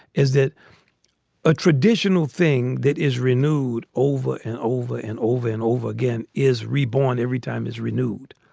is that a traditional thing that is renewed over and over and over and over again is reborn every time is renewed.